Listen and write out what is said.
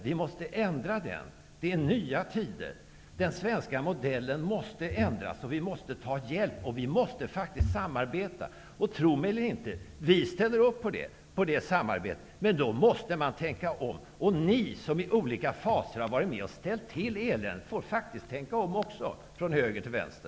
Vi måste ändra den. Det är nya tider. Den svenska modellen måste ändras. Vi måste ta hjälp. Vi måste faktiskt samarbeta. Tro mig eller inte, vi ställer upp på det samarbetet. Men då måste man tänka om. Ni som i olika faser har varit med och ställt till eländet får faktiskt också tänka om, från höger till vänster.